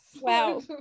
wow